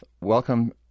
welcome